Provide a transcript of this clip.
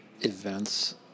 events